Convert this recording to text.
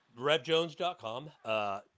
Revjones.com